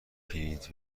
پرینت